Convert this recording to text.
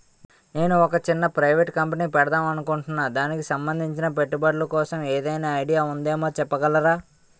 నేను ఒక చిన్న ప్రైవేట్ కంపెనీ పెడదాం అనుకుంటున్నా దానికి సంబందించిన పెట్టుబడులు కోసం ఏదైనా ఐడియా ఉందేమో చెప్పగలరా?